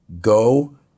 go